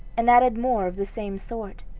and added more of the same sort.